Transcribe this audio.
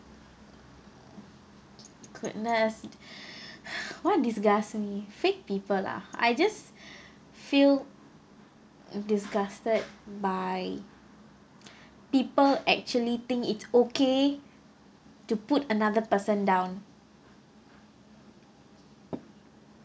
goodness what disgusts me fake people lah I just feel disgusted by people actually think it's okay to put another person down